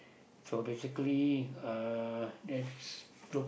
so basically uh that looks